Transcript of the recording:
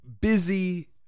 busy